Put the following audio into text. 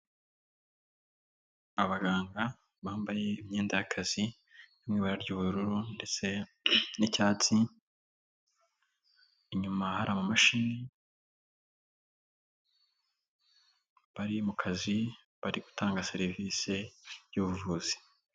Abaganga bambaye imyenda y'akazi y'ibara ry'ubururu ndetse n'icyatsi inyuma hari amamashini bari mu kazi bari gutanga serivisi y'ubuvuzi.